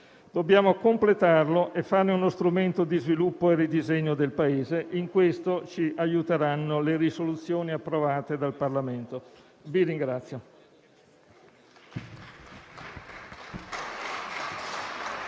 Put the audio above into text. Dobbiamo completarlo e farne uno strumento di sviluppo e ridisegno del Paese. In questo ci aiuteranno le risoluzioni approvate dal Parlamento.